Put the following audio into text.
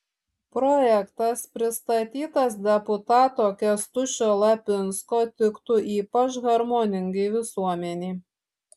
projektas pristatytas deputato kęstučio lapinsko tiktų ypač harmoningai visuomenei